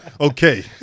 Okay